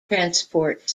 transport